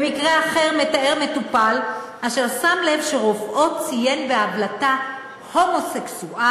במקרה אחר מתאר מטופל ששם לב שרופאו ציין בהבלטה "הומוסקסואל",